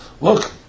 look